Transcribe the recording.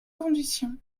conditions